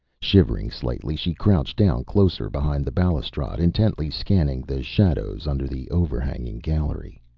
shivering slightly, she crouched down closer behind the balustrade, intently scanning the shadows under the overhanging gallery.